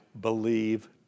believe